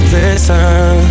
listen